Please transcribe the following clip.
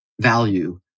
value